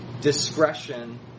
discretion